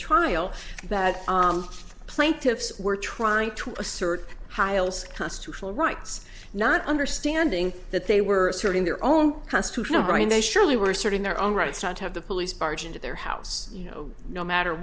trial that plaintiffs were trying to assert constitutional rights not understanding that they were asserting their own constitutional right they surely were asserting their own rights not to have the police barge into their house you know no matter